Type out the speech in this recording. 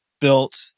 built